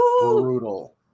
brutal